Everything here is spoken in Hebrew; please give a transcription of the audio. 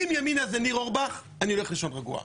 אם ימינה זה ניר אורבך, אני הולך לישון רגוע.